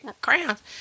crayons